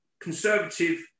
conservative